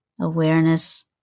awareness